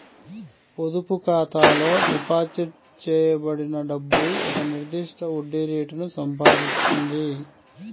పొదుపు ఖాతాలో డిపాజిట్ చేయబడిన డబ్బు ఒక నిర్దిష్ట వడ్డీ రేటును సంపాదిస్తుంది